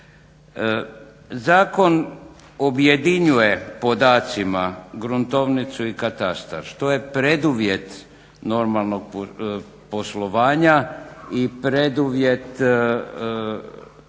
Zakon objedinjuje podacima gruntovnicu i katastar što je preduvjet normalnog poslovanja i preduvjet funkcioniranja